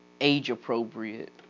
age-appropriate